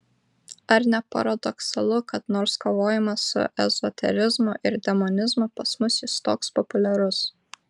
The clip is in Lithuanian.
ar ne paradoksalu kad nors kovojama su ezoterizmu ir demonizmu pas mus jis toks populiarus